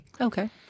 Okay